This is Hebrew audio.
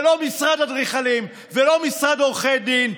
ולא משרד אדריכלים ולא משרד עורכי דין.